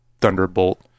Thunderbolt